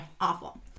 Awful